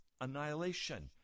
annihilation